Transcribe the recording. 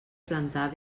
plantar